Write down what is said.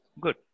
good